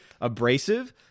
abrasive